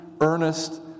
earnest